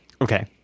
Okay